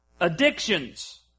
Addictions